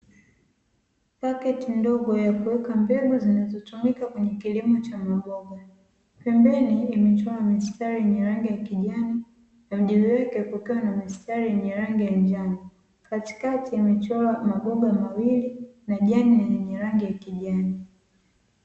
Pakiti ndogo ya kuweka mbegu zinazotumika kwenye kilimo cha maboga, pembeni imechora mistari yenye rangi ya kijani na pembeni yake kukiwa na mistari ya rangi ya njano, katikati imechora maboga mawili na jani lenye rangi ya kijani.